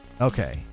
okay